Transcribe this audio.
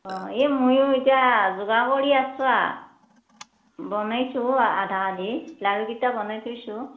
অঁ এই মইয়ো এতিয়া যোগাৰ কৰি আছো আ বনাইছো আধা আধি লাৰুকেইটা বনাই থৈছো